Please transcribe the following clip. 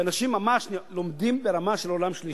שאנשים לומדים ברמה של עולם שלישי?